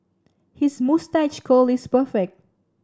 his moustache curl is perfect